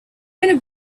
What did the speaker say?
owner